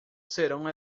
serão